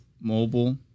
mobile